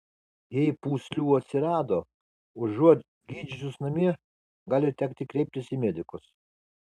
jei pūslių atsirado užuot gydžiusis namie gali tekti kreiptis į medikus